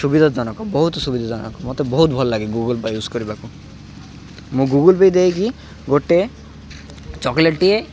ସୁବିଧାଜନକ ବହୁତ ସୁବିଧାଜନକ ମତେ ବହୁତ ଭଲ ଲାଗେ ଗୁଗୁଲ୍ ପେ ୟୁଜ୍ କରିବାକୁ ମୁଁ ଗୁଗୁଲ୍ ପେ ଦେଇକି ଗୋଟେ ଚକ୍ଲେଟ୍ଟିଏ